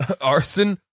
Arson